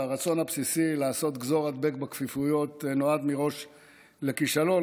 הרצון הבסיסי לעשות גזור-הדבק בכפיפויות נועד מראש לכישלון,